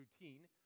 routine